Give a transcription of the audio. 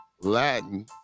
Latin